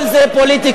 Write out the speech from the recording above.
כל זה פוליטיקה.